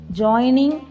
joining